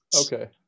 Okay